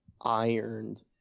ironed